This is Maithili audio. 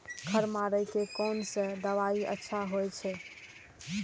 खर मारे के कोन से दवाई अच्छा होय छे?